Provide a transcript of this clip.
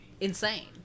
insane